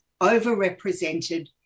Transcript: overrepresented